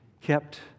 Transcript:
kept